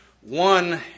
One